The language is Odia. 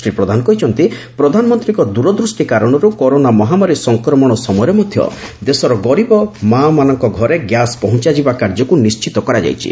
ଶ୍ରୀ ପ୍ରଧାନ କହିଛନ୍ତି ପ୍ରଧାନମନ୍ତୀଙ୍କ ଦ୍ଦରଦୃଷ୍ଟି କାରଣରୁ କରୋନା ମହାମାରୀ ସଂକ୍ରମଣ ସମୟରେ ମଧ୍ଧ ଦେଶର ଗରିବ ମା'ମାନଙ୍କ ଘରେ ଗ୍ୟାସ୍ ପହଞ୍ଚା ଯିବା କାର୍ଯ୍ୟକୁ ନିଶ୍ୱିତ କରାଯାଇଛି